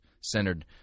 centered